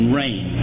rain